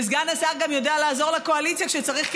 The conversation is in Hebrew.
וסגן השר גם יודע לעזור לקואליציה כשצריך,